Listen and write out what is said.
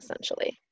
essentially